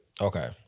Okay